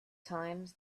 times